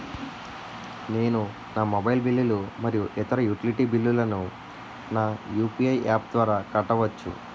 నేను నా మొబైల్ బిల్లులు మరియు ఇతర యుటిలిటీ బిల్లులను నా యు.పి.ఐ యాప్ ద్వారా కట్టవచ్చు